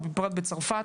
ובפרט בצרפת,